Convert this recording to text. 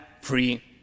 free